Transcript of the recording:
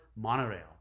monorail